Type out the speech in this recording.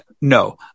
no